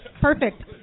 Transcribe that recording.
perfect